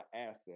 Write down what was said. asset